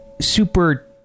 super